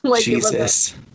Jesus